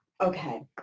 okay